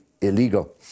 illegal